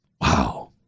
Wow